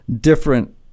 different